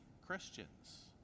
Christians